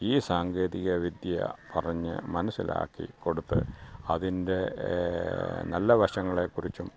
ഈ സാങ്കേതികവിദ്യ പറഞ്ഞ് മനസ്സിലാക്കി കൊടുത്ത് അതിന്റെ നല്ല വശങ്ങളെ കുറിച്ചും